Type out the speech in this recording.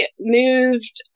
moved